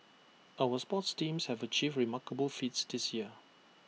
our sports teams have achieved remarkable feats this year